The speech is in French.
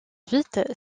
vite